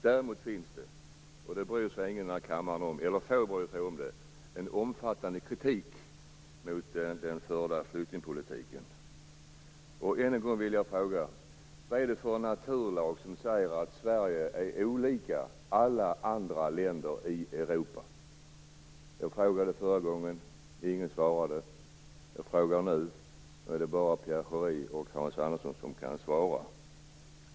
Däremot finns det - det bryr sig ingen eller få om i den här kammaren - en omfattande kritik mot den förda flyktingpolitiken. Än en gång vill jag fråga: Vad är det för en naturlag som säger att Sverige är olikt alla andra länder i Europa? Jag frågade förra gången. Ingen svarade. Jag frågar nu. Nu är det bara Pierre Schori och Hans Andersson som kan svara.